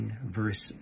verse